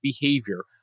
behavior